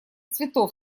цветов